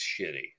shitty